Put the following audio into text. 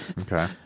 Okay